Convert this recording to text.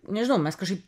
nežinau mes kažkaip